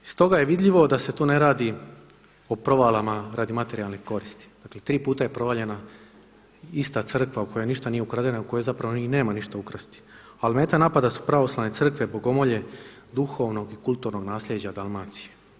Iz toga je vidljivo da se tu ne radi o provalama radi materijalne koristi, dakle tri puta je provaljena ista crkva u kojoj ništa nije ukradeno u kojoj zapravo ni nema ništa ukrasti, ali meta napada su pravoslavne crkve, bogomolje, duhovnog i kulturnog nasljeđa Dalmacije.